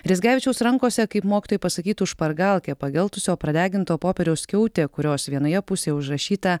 rezgevičiaus rankose kaip mokytojai pasakytų špargalkė pageltusio pradeginto popieriaus skiautė kurios vienoje pusėje užrašyta